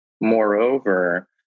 Moreover